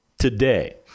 today